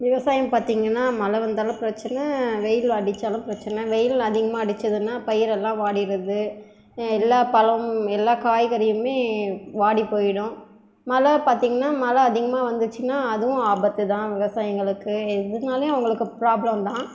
விவசாயம் பார்த்திங்கன்னா மழை வந்தாலும் பிரச்சனை வெயில் அடித்தாலும் பிரச்சனை வெயில் அதிகமாக அடித்ததுன்னா பயிரெல்லாம் வாடிடுது எல்லா பழமும் எல்லா காய்கறியும் வாடி போய்டும் மழை பார்த்திங்கன்னா மழை அதிகமாக வந்துச்சுன்னா அதுவும் ஆபத்துதான் விவசாயிங்களுக்கு எதுனாலேயும் அவங்களுக்கு ப்ராப்ளம்தான்